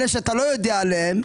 אלה שאתה לא יודע עליהם,